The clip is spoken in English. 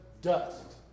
dust